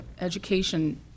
education